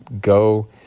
go